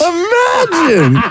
imagine